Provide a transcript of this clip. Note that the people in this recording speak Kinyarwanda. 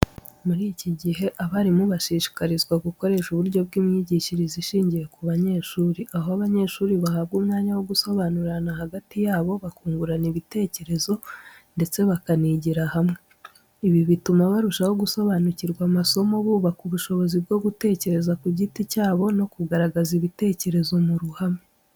Muri iki gihe, abarimu barashishikarizwa gukoresha uburyo bw'imyigishirize ishingiye ku banyeshuri, aho abanyeshuri bahabwa umwanya wo gusobanurirana hagati yabo, bakungurana ibitekerezo ndetse bakanigira hamwe. Ibi bituma barushaho gusobanukirwa amasomo, bubaka ubushobozi bwo gutekereza ku giti cyabo no kugaragaza ibitekerezo mu ruhame.